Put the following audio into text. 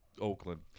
Oakland